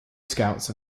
scouts